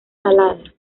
salada